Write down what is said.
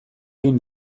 egin